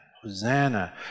Hosanna